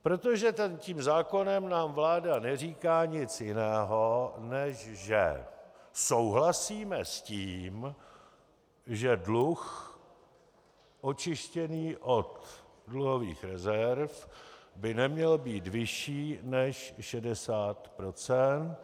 Protože tím zákonem nám vláda neříká nic jiného, než že souhlasíme s tím, že dluh očištěný od dluhových rezerv by neměl být vyšší než 60 %.